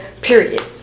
period